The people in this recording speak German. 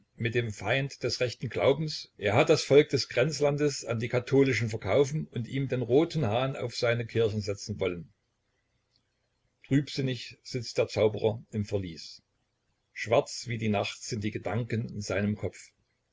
mit dem feind des rechten glaubens er hat das volk des grenzlandes an die katholischen verkaufen und ihm den roten hahn auf seine kirchen setzen wollen trübsinnig sitzt der zauberer im verlies schwarz wie die nacht sind die gedanken in seinem kopf